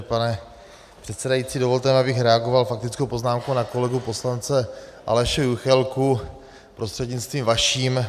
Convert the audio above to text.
Pane předsedající, dovolte, abych reagoval faktickou poznámkou na kolegu poslance Aleše Juchelku prostřednictvím vaším.